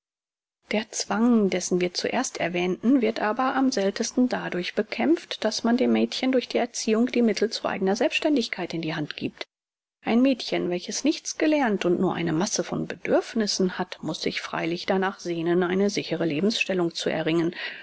der zwang dessen wir zuerst erwähnten wird aber am sichersten dadurch bekämpft daß man dem mädchen durch die erziehung die mittel zu eigner selbstständigkeit in die hand gibt ein mädchen welches nichts gelernt und nur eine masse von bedürfnissen hat muß sich freilich danach sehnen eine sichere lebensstellung zu erringen